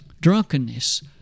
drunkenness